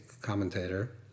commentator